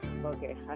Okay